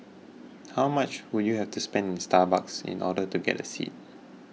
how much would you have to spend in Starbucks in order to get a seat